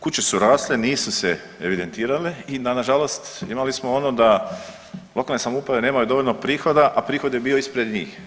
Kuće su rasle, nisu se evidentirale i na žalost imali smo ono da lokalne samouprave nemaju dovoljno prihoda, a prihod je bio ispred njih.